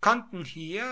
konnten hier